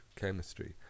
chemistry